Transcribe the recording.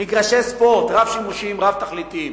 מגרשי ספורט רב-שימושיים, רב-תכליתיים.